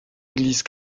église